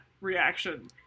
reaction